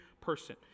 person